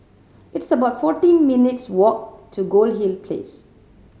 it's about fourteen minutes' walk to Goldhill Place